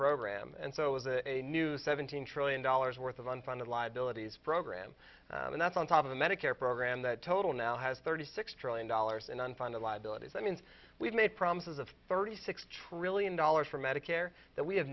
program and so is a new seventeen trillion dollars worth of unfunded liabilities program and that's on top of the medicare program that total now has thirty six trillion dollars in unfunded liabilities that means we've made promises of thirty six trillion dollars for medicare that we have